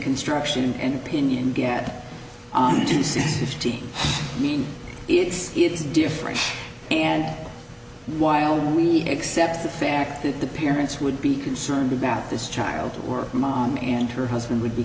construction and opinion get to see fifteen mean it's it's different and while we accept the fact that the parents would be concerned about this child working mom and her husband would be